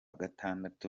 gatandatu